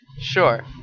Sure